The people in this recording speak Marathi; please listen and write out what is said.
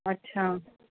अच्छा